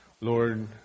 Lord